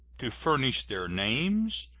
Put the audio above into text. to furnish their names,